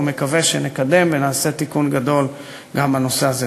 ומקווה שנקדם ונעשה תיקון גדול גם בנושא הזה.